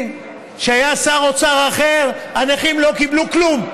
כשהיה שר אוצר אחר, הנכים לא קיבלו כלום.